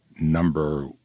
number